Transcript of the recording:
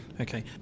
Okay